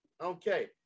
Okay